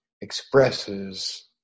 expresses